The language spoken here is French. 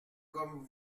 comme